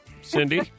Cindy